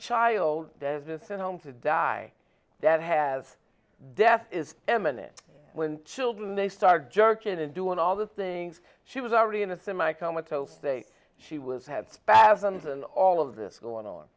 it's sent home to die that has death is eminent when children they start jerking and doing all the things she was already in a semi comatose state she was had spasms and all of this going on